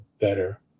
better